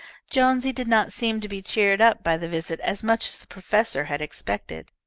jonesy did not seem to be cheered up by the visit as much as the professor had expected.